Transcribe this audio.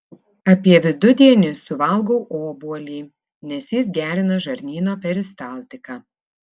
apie vidudienį suvalgau obuolį nes jis gerina žarnyno peristaltiką